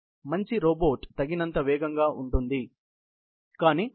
మంచి రోబోట్ తగినంత వేగంగా ఉంటుంది కానీ అదే సమయంలో మంచి స్థిరత్వాన్ని కలిగి ఉంటుంది